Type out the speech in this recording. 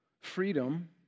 freedom